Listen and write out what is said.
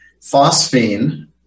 phosphine